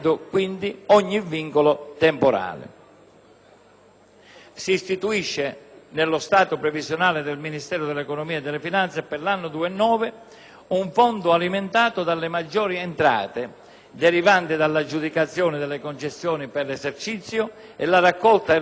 Si istituisce, nello stato di previsione del Ministero dell'economia e delle finanze, per l'anno 2009, un fondo alimentato dalle maggiori entrate derivanti dall'aggiudicazione delle concessioni per l'esercizio e la raccolta in rete fisica di giochi su base ippica e sportiva.